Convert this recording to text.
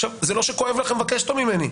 עכשיו, זה לא שכואב לכם לבקש אותו ממני.